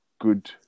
good